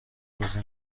بازی